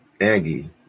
Angie